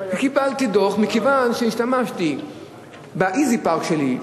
שקיבלתי דוח מכיוון שהשתמשתי ב"איזי פארק" שלי,